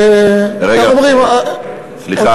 איך אומרים, רגע, סליחה.